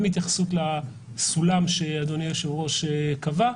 גם התייחסות לסולם שאדוני היושב-ראש קבע.